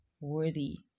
worthy